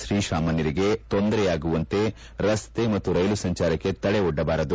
ಶ್ರೀಸಾಮಾನ್ಯರಿಗೆ ತೊಂದರೆಯಾಗುವಂತೆ ರಸ್ತೆ ಮತ್ತು ರೈಲು ಸಂಚಾರಕ್ಕೆ ತಡೆ ಒಡ್ಡಬಾರದು